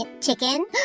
chicken